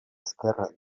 esquerre